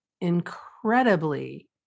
incredibly